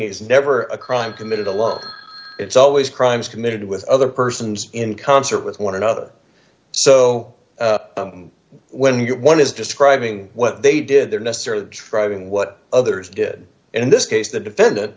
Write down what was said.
is never a crime committed alone it's always crimes committed with other persons in concert with one another so when you get one is describing what they did there necessarily driving what others did in this case the defendant